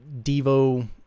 Devo